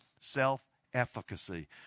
self-efficacy